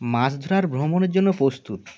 মাছ ধরার ভ্রমণের জন্য প্রস্তুত